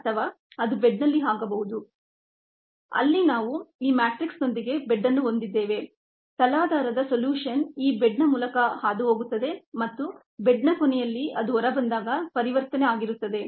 ಅಥವಾ ಅದು ಬೆಡ್ನಲ್ಲಿ ಆಗಬಹುದು ಅಲ್ಲಿ ನಾವು ಈ ಮ್ಯಾಟ್ರಿಕ್ಸ್ನೊಂದಿಗೆ ಬೆಡ್ ಅನ್ನು ಹೊಂದಿದ್ದೇವೆ ತಲಾಧಾರದ ಸೊಲ್ಯೂಷನ್ ಈ ಬೆಡ್ನ ಮೂಲಕ ಹಾದುಹೋಗುತ್ತದೆ ಮತ್ತು ಬೆಡ್ನ ಕೊನೆಯಲ್ಲಿ ಅದು ಹೊರಬಂದಾಗ ಪರಿವರ್ತನೆ ಆಗಿರುತ್ತದೆ